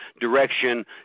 direction